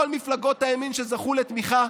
כל מפלגות הימין שזכו לתמיכה,